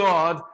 God